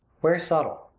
where's subtle?